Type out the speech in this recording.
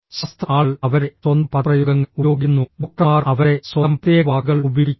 ശാസ്ത്ര ആളുകൾ അവരുടെ സ്വന്തം പദപ്രയോഗങ്ങൾ ഉപയോഗിക്കുന്നു ഡോക്ടർമാർ അവരുടെ സ്വന്തം പ്രത്യേക വാക്കുകൾ ഉപയോഗിക്കുന്നു